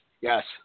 Yes